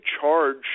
charge